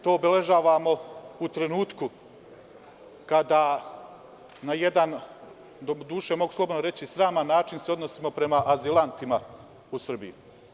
To obeležavamo u trenutku kada, mogu slobodno reći, na jedan sraman način se odnosimo prema azilantima u Srbiji.